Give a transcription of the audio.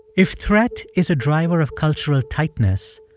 if threat is a driver of cultural tightness,